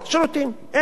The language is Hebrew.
אין.